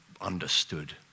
understood